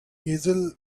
hazel